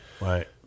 right